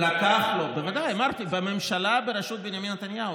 בוודאי, אמרנו, בממשלה בראשות בנימין נתניהו.